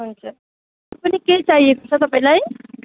हजुर र पनि केही चाहिएको छ तपाईँलाई